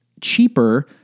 cheaper